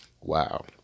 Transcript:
Wow